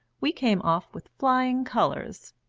we came off with flying colours.